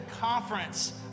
conference